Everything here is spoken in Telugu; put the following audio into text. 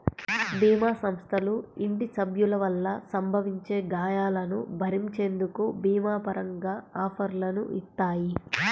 భీమా సంస్థలు ఇంటి సభ్యుల వల్ల సంభవించే గాయాలను భరించేందుకు భీమా పరంగా ఆఫర్లని ఇత్తాయి